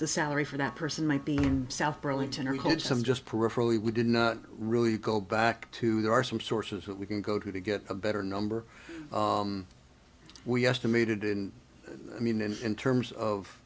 the salary for that person might be in south burlington or could some just peripherally we didn't really go back to there are some sources that we can go to to get a better number we estimated in i mean in terms of